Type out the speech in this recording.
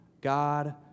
God